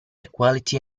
equality